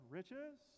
riches